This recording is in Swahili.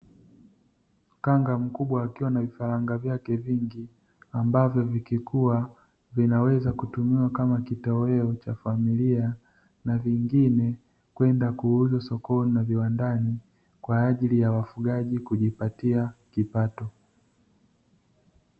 Kanga mkubwa akiwa na vifaranga vyake vingi ambavyo vikikuwa vinaweza kutumika kama kitoweo cha familia na vingine kwenda kuuzwa sokoni na viwandani kwa ajili ya wafugaji kujipatia kipato.